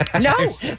No